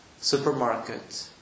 supermarket